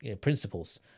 principles